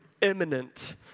imminent